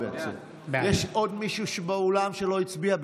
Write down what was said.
בעד יש עוד מישהו באולם שלא הצביע?